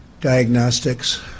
Diagnostics